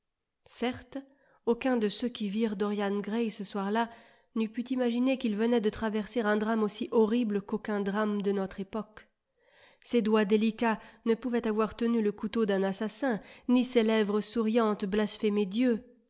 certes aucun de ceux qui virent dorian gray ce soir-là n'eût pu imaginer qu'il venait de traverser un drame aussi horrible qu'aucun drame de notre époque ces doigts délicats ne pouvaient avoir tenu le couteau d'un assassin ni ces lèvres souriantes blasphémé dieu